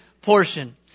portion